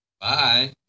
Bye